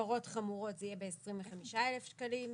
הפרות חמורות זה יהיה ב-25,000 שקלים,